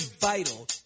vital